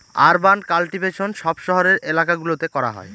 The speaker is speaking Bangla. আরবান কাল্টিভেশন সব শহরের এলাকা গুলোতে করা হয়